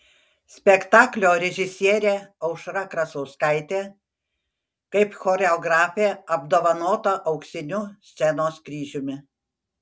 spektaklio režisierė aušra krasauskaitė kaip choreografė apdovanota auksiniu scenos kryžiumi